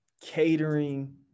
catering